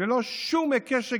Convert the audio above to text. ללא שום היקש הגיוני,